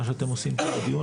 מה שאתם עושים בדיון,